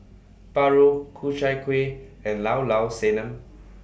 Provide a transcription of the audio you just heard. Paru Ku Chai Kueh and Llao Llao Sanum